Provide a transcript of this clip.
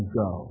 go